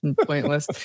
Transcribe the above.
pointless